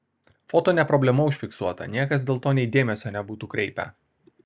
foto ne problema užfiksuota niekas dėl to nei dėmesio nebūtų kreipę